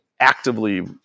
actively